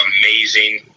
amazing